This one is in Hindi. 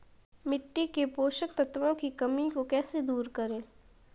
मिट्टी के पोषक तत्वों की कमी को कैसे दूर करें?